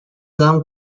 dame